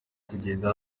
kugenda